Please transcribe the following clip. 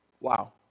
Wow